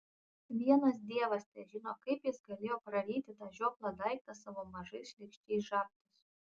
vienas dievas težino kaip jis galėjo praryti tą žioplą daiktą savo mažais šlykščiais žabtais